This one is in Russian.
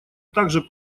также